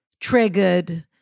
triggered